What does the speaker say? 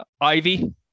Ivy